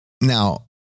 now